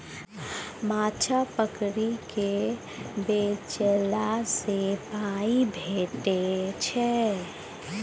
माछ पकरि केँ बेचला सँ पाइ भेटै छै